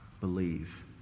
believe